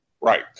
right